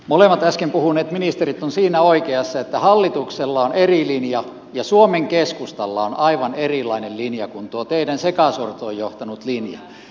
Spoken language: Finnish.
molemmat äsken puhuneet ministerit ovat siinä oikeassa että hallituksella on eri linja ja suomen keskustalla on aivan erilainen linja kuin tuo teidän sekasortoon johtanut linja